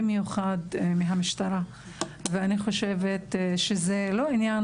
במיוחד מהמשטרה ואני חושבת שזה לא עניין